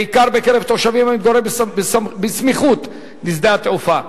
בעיקר בקרב תושבים המתגוררים בסמיכות לשדה תעופה,